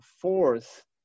fourth